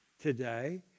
today